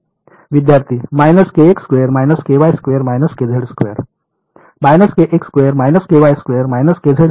विद्यार्थीः